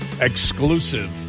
exclusive